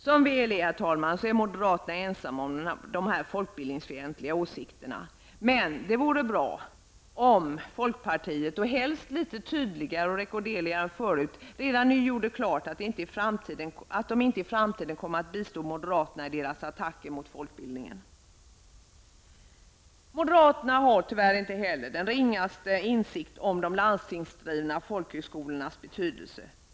Som väl är står moderaterna ensamma om de här folkbildningsfientliga åsikterna, men, herr talman, det vore bra om folkpartiet helst litet tydligare och litet mer rekorderligt än tidigare gjorde klart redan nu, att de inte i framtiden kommer att bistå moderaterna i deras attacker mot folkbildningen. Moderaterna har tyvärr inte heller den ringaste kunskap om de landstingsdriva folkhögskolornas betydelse.